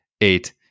eight